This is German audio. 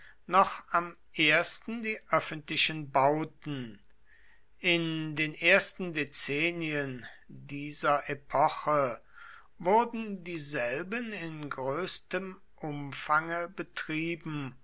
noch am ersten die öffentlichen bauten in den ersten dezennien dieser epoche wurden dieselben in größtem umfange betrieben